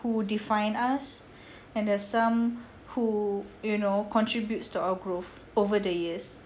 who define us and there's some who you know contributes to our growth over the years